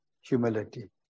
humility